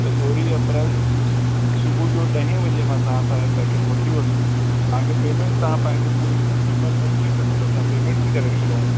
त सोरहं अप्रैल सुबुह जो ॾह वजे मां तव्हां सां इहो पैकेट वठी वठंदुमि तव्हांखे पेमेंट तव्हां पंहिंजो कोई नम्बर मोकिले छॾो त असां पेमेंट बि करे छॾूं